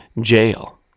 jail